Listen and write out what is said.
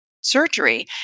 surgery